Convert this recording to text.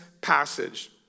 passage